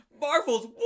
Marvel's